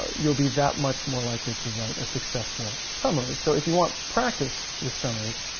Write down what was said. ah you'll be that much more likely to write a successful summary so if you want practise with summaries,